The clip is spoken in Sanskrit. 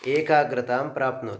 एकाग्रतां प्राप्नोति